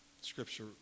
scripture